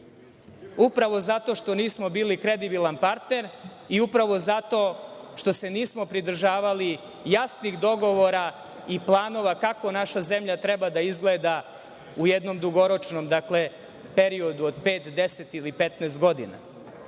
upravo zato što nismo bili kredibilan partner i upravo zato što se nismo pridržavali jasnih dogovora i planova kako naša zemlja treba da izgleda u jednom dugoročnom, dakle, periodu od